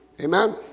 Amen